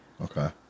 Okay